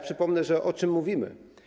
Przypomnę, o czym mówimy.